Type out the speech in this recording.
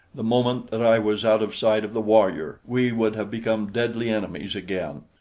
the moment that i was out of sight of the warrior we would have become deadly enemies again.